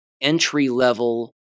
entry-level